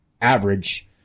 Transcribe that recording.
average